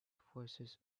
forces